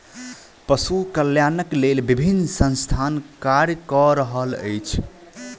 पशु कल्याणक लेल विभिन्न संस्थान कार्य क रहल अछि